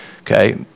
okay